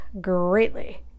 greatly